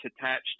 attached